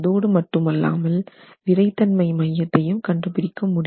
அதோடு மட்டுமல்லாமல் விறைத்தன்மை மையத்தையும் கண்டுபிடிக்க வேண்டும்